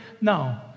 No